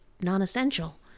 non-essential